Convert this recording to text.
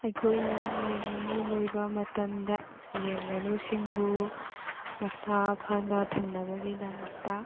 ꯑꯩꯈꯣꯏꯅ ꯌꯦꯟ ꯉꯥꯅꯨ ꯂꯣꯏꯕ ꯃꯇꯝꯗ ꯌꯦꯟ ꯉꯥꯅꯨꯁꯤꯡꯕꯨ ꯃꯁꯥ ꯐꯅ ꯊꯝꯅꯕꯒꯤꯗꯃꯛꯇ